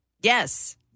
Yes